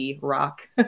rock